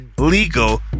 legal